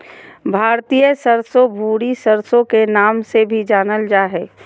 भारतीय सरसो, भूरी सरसो के नाम से भी जानल जा हय